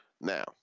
Now